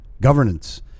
governance